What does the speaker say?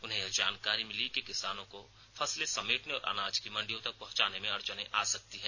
उन्हें यह जानकारी मिलीं कि किसानों को फसलें समेटने और अनाज को मण्डियों तक पहुंचाने में अड़चने आ सकती हैं